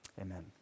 Amen